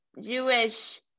Jewish